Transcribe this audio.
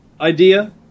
idea